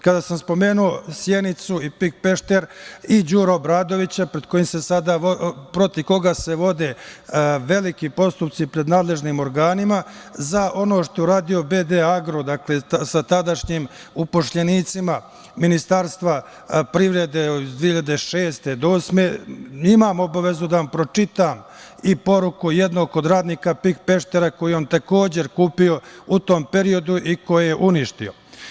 Kada sam spomenuo Sjenicu i „PIK Pešter“ i Đuru Obradovića protiv koga se vode veliki postupci pred nadležnim organima za ono što je uradio „BD Agro“, sa tadašnjim zaposlenima Ministarstva privrede iz 2006. do 2008. godine, imam obavezu da vam pročitam i poruku jednog od radnika „PIK Peštera“ koji je on takođe, kupio u tom periodu i koje je uništio.